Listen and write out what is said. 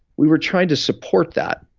we were trying to support that.